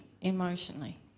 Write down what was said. Emotionally